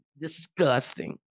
disgusting